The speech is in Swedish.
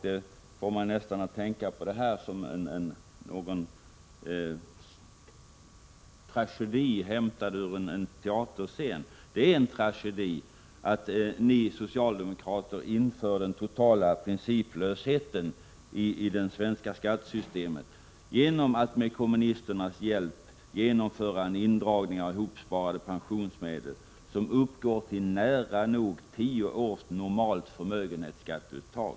Det kom mig nästan att föreställa mig det hela som en tragedi, hämtad från en teaterscen. Det är en tragedi att ni socialdemokrater inför den totala principlösheten i det svenska skattesystemet genom att med kommunisternas hjälp åstadkomma en indragning av hopsparade pensionsmedel, som uppgår till nära nog tio års normalt förmögenhetsskatteuttag.